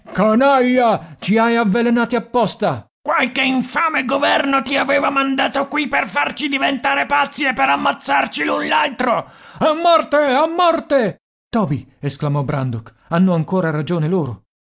ci hai avvelenati apposta qualche infame governo ti aveva mandato qui per farci diventare pazzi e poi ammazzarci l'un l'altro a morte a morte toby esclamò brandok hanno ancora ragione loro